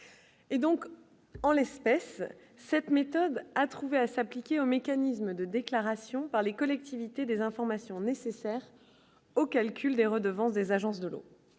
et donc en l'espèce, cette méthode à trouver à s'appliquer aux mécanismes de déclaration par les collectivités des informations nécessaires au calcul des redevances des agences de l'eau,